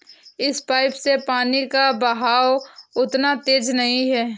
इस पाइप से पानी का बहाव उतना तेज नही है